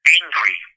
angry